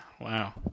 Wow